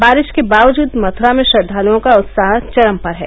बारिश के बावजूद मथुरा में श्रद्वालुओं का उत्साह चरम पर है